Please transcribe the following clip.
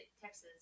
Texas